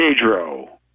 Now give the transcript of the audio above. Pedro